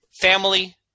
family